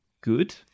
good